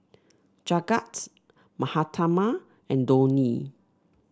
Jagat Mahatma and Dhoni